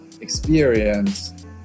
experience